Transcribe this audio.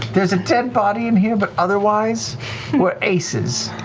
there's a dead body in here, but otherwise we're aces.